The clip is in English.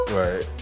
right